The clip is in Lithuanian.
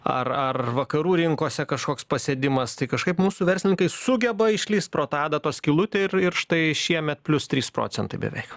ar ar vakarų rinkose kažkoks pasėdimas tai kažkaip mūsų verslininkai sugeba išlįst pro tą adatos skylutę ir ir štai šiemet plius trys procentai beveik